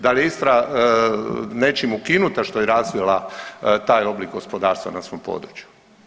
Da li je Istra nečim ukinuta što je razvila taj oblik gospodarstva na svom području?